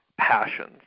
passions